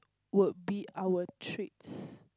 would be our treats